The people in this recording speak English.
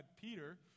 Peter